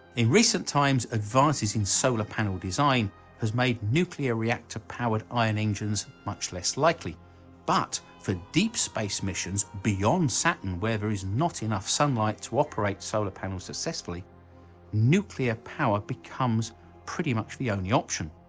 in recent times advances in solar panel design has made nuclear reactor powered iron engines much less likely but for deep space missions beyond saturn where there is not enough sunlight to operate solar panels successfully nuclear power becomes pretty much the only option.